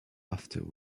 after